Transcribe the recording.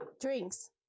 drinks